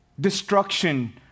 Destruction